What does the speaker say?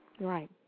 Right